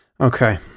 Okay